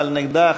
אבל נגדה,